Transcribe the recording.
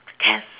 Cass